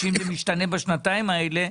שאם זה משתנה בשנתיים האלה,